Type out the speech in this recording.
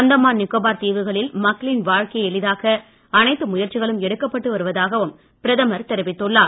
அந்தமான் நிக்கோபார் தீவுகளில் மக்களின் வாழ்க்கையை எளிதாக்க அனைத்து முயற்சிகளும் எடுக்கப்பட்டு வருவதாகவும் பிரதமர் தெரிவித்துள்ளார்